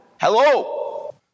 Hello